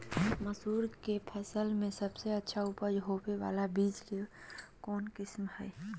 मसूर के फसल में सबसे अच्छा उपज होबे बाला बीज के कौन किस्म हय?